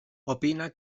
opina